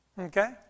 Okay